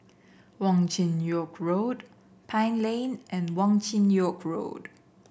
Wong Chin Yoke Road Pine Lane and Wong Chin Yoke Road